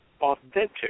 authentic